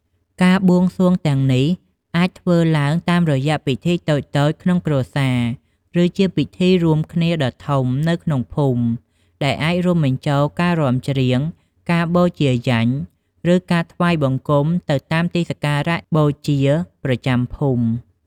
ការបួងសួងទាំងនេះអាចធ្វើឡើងតាមរយៈពិធីតូចៗក្នុងគ្រួសារ ឬជាពិធីរួមគ្នាដ៏ធំនៅក្នុងភូមិដែលអាចរួមបញ្ចូលការរាំច្រៀង ការបូជាយញ្ញ ឬការថ្វាយបង្គំនៅតាមទីសក្ការៈបូជាប្រចាំភូមិ។